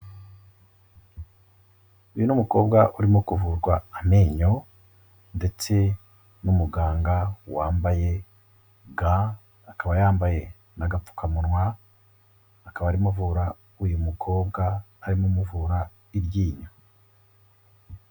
Uyu ni umukobwa urimo kuvurwa amenyo ndetse n'umuganga wambaye ga, akaba yambaye n'agapfukamunwa, akaba arimo avura uyu mukobwa arimo amuvura iryinyo.